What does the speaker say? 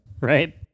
Right